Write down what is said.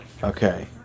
Okay